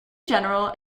general